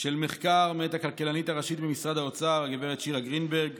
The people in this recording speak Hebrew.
של מחקר מאת הכלכלנית הראשית במשרד האוצר גב' שילה גרינברג